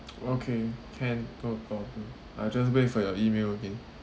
okay can no problem I just wait for your email again